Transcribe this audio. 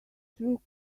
through